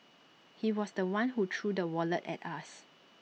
he was The One who threw the wallet at us